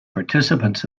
participants